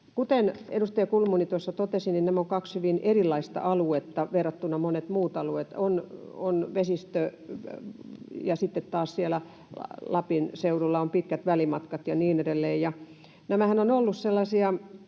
Kuten edustaja Kulmuni totesi, niin nämä ovat kaksi hyvin erilaista aluetta verrattuna moneen muuhun alueeseen. On vesistöä, ja sitten taas siellä Lapin seudulla on pitkät välimatkat ja niin edelleen. Nämähän ovat olleet sellaisia